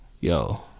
Yo